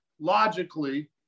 logically